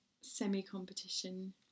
semi-competition